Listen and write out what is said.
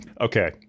Okay